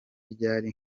ryari